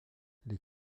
les